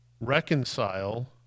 reconcile